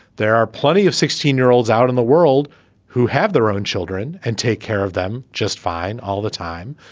there are plenty of sixteen year olds out in the world who have their own children and take care of them just fine all the time.